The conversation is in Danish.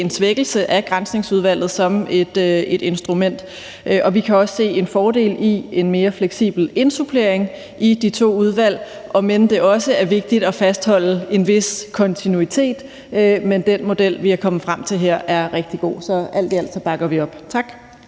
en svækkelse af Granskningsudvalget som instrument. Vi kan også se en fordel i en mere fleksibel indsupplering i de to udvalg, om end det også er vigtigt at fastholde en vis kontinuitet. Men den model, vi er kommet frem til her, er rigtig god, så alt i alt bakker vi op. Tak.